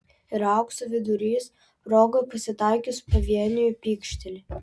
ir aukso vidurys progai pasitaikius pavieniui pykšteli